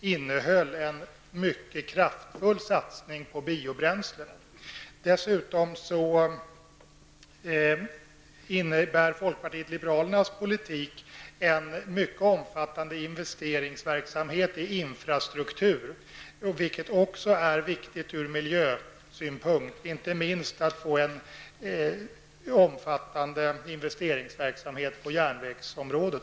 innehåller en mycket kraftfull satsning på biobränslen. Dessutom innebär folkpartiet liberalernas politik en mycket omfattande investeringsverksamhet i infrastruktur. Inte minst viktigt ur miljösynpunkt är det att få en omfattande investeringsverksamhet på järnvägsområdet.